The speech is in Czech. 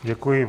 Děkuji.